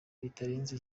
bitarenze